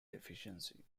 deficiency